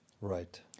Right